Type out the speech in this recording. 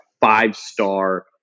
five-star